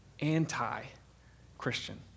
anti-Christian